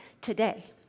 today